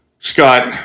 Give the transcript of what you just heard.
Scott